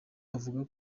avuga